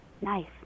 Nice